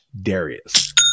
Darius